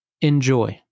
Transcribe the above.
Enjoy